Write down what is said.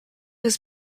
was